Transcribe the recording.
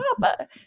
Papa